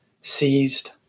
seized